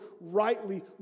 rightly